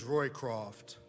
Roycroft